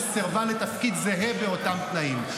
שסירבה לתפקיד זהה באותם תנאים.